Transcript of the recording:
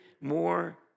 more